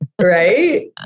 Right